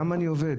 למה אני עובד?